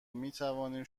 میتوانیم